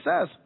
says